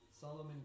Solomon